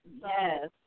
Yes